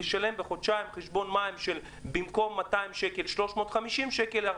משפחות שצריכות לשלם מים 350 שקלים בחודשיים במקום 200 שקלים זה מאוד